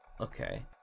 Okay